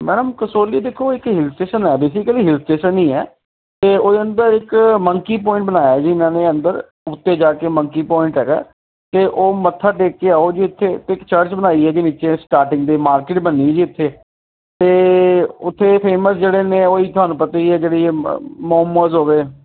madam Kasauli ਦੇਖੋ ਇੱਕ hill station ਆ ਬੇਸਿਕਲੀ ਹਿਲ ਸਟੇਸ਼ਨ ਹੀ ਹੈ ਅਤੇ ਉਹਦੇ ਅੰਦਰ ਇੱਕ ਮੰਕੀ ਪੁਆਇੰਟ ਬਣਾਇਆ ਜੀ ਇਹਨਾਂ ਨੇ ਅੰਦਰ ਉੱਤੇ ਜਾ ਕੇ ਮੰਕੀ ਪੁਆਇੰਟ ਹੈਗਾ ਕਿ ਉਹ ਮੱਥਾ ਟੇਕ ਕੇ ਆਓ ਜੀ ਇੱਥੇ ਪਿਕਚਰ ਬਣਾਈ ਹੈ ਜਿਹਦੇ ਵਿੱਚ ਸਟਾਰਟਿੰਗ ਦੇ ਮਾਰਕੀਟ ਬਣਨੀ ਜੀ ਇੱਥੇ ਤੇ ਉੱਥੇ ਫੇਮਸ ਜਿਹੜੇ ਨੇ ਤੁਹਾਨੂੰ ਪਤਾ ਹੀ ਜਿਹੜੀ ਮ ਮੋਮੋਜ਼ ਹੋਗੇ